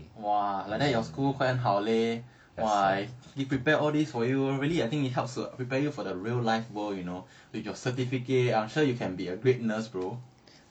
!wah! like that your school 很好 leh !wah! they prepare all this for you really I think it helps to prepare you for the real life world you know with your certificate I'm sure you can be a great nurse bro